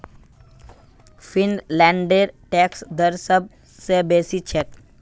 फिनलैंडेर टैक्स दर सब स बेसी छेक